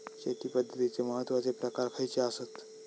शेती पद्धतीचे महत्वाचे प्रकार खयचे आसत?